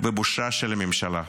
ובושה של הממשלה.